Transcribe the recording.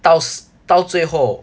到到最后